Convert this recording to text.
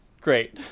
great